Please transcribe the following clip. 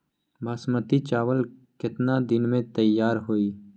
बासमती चावल केतना दिन में तयार होई?